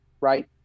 right